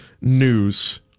news